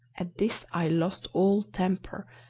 at this i lost all temper,